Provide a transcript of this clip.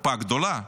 קופה גדולה,